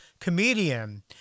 comedian